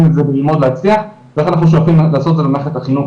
את זה במטרה להצליח ואיך אנחנו שואפים לעשות את זה במערכת החינוך